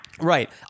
Right